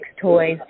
toys